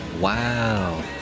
Wow